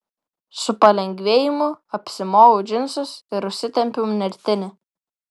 su palengvėjimu apsimoviau džinsus ir užsitempiau nertinį